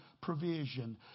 provision